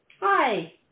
Hi